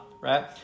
right